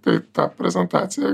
tai ta prezentacija